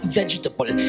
vegetable